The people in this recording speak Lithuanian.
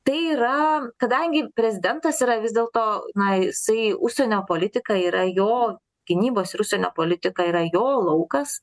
tai yra kadangi prezidentas yra vis dėlto jisai užsienio politika yra jo gynybos ir užsienio politika yra jo laukas